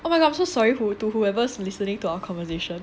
oh my god I'm so sorry who to whoever is listening to our conversation